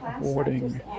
boarding